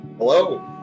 Hello